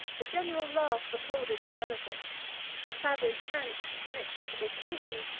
a general laugh applauded her eloquence the savage franks, inaccessible to pity,